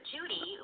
Judy